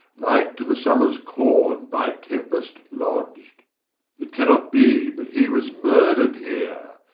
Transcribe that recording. like to the summers corne by tempest lodged it cannot be but he was murdred heere,